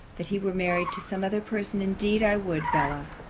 that he were married to some other person indeed i would, bella,